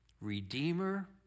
Redeemer